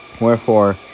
wherefore